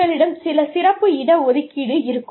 உங்களிடம் சில சிறப்பு இட ஒதுக்கீடு இருக்கும்